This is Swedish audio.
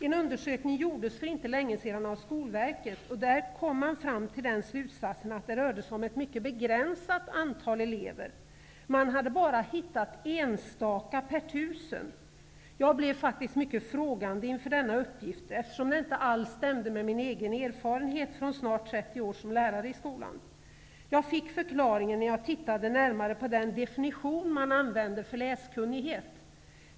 En undersökning gjordes för inte länge sedan av Skolverket. Där kom man fram till slutsatsen att det rörde sig om ett mycket begränsat antal elever. Man hade hittat bara enstaka per tusen. Jag ställde mig mycket frågande inför denna upgift, eftersom den inte alls stämde med min egen erfarenhet från snart 30 år som lärare i skolan. Jag fick förklaringen när jag tittade närmare på den definition som man använde för läskunnighet.